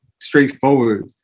straightforward